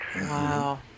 Wow